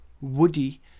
Woody